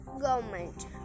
government